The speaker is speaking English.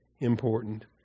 important